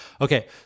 Okay